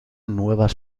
nuevas